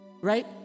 right